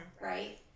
right